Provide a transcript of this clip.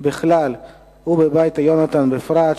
בכלל וב"בית יהונתן" בפרט,